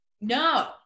No